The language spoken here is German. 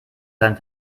sein